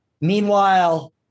Meanwhile